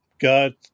God